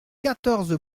quatorze